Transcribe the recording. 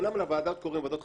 אמנם לוועדה קוראים ועדת חריגים.